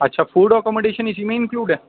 اچھا food accommodation اِسی میں انکلیوڈ ہے